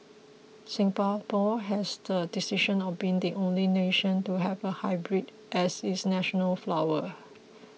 Singapore has the distinction of being the only nation to have a hybrid as its national flower